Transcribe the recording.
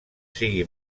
sigui